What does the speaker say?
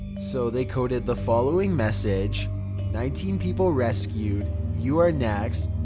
so, they coded the following message nineteen people rescued. you are next.